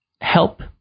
help